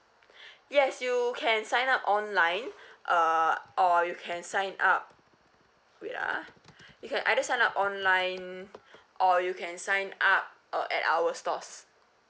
yes you can sign up online uh or you can sign up wait ah you can either sign up online or you can sign up uh at our stores